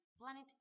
planet